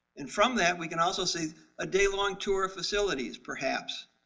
and from that we can also say a day-long tour of facilities, perhaps,